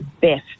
best